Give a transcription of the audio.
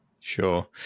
Sure